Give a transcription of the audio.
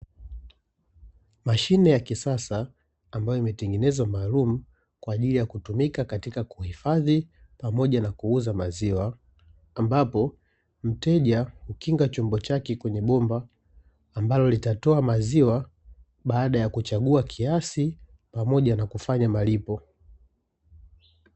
Mashine ya kisasa ambayo imetengenezwa maalumu kwa ajili ya kutumika katika kuhifadhi pamoja na kuuza maziwa, ambapo mteja hukinga chombo chake kwenye bomba, ambalo litatoa maziwa baada ya kuchagua kiasi, pamoja na kufanya malipo.